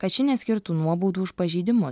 kad ši neskirtų nuobaudų už pažeidimus